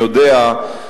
יודע,